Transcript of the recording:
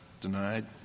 denied